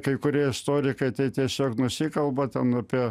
kai kurie istorikai tai tiesiog nusikalba ten apie